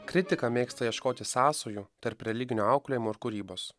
kritika mėgsta ieškoti sąsajų tarp religinio auklėjimo ir kūrybos